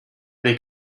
they